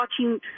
watching